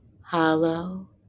hollow